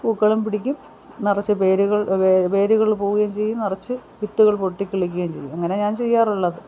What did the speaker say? പൂക്കളും പിടിക്കും നിറച്ച് വേരുകൾ വേരുകൾ പോകേ ചെയ്യും നിറച്ച് വിത്തുകൾ പൊട്ടി കിളുക്കേം ചെയ്യും അങ്ങനെയാണ് ഞാൻ ചെയ്യാറുള്ളത്